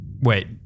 Wait